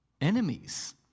enemies